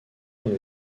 pour